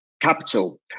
Capital